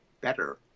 better